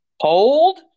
Hold